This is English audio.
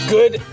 Good